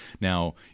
Now